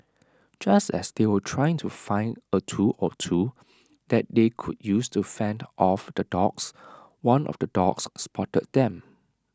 just as they were trying to find A tool or two that they could use to fend off the dogs one of the dogs spotted them